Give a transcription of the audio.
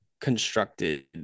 constructed